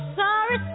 sorry